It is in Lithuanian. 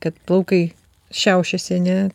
kad plaukai šiaušiasi ne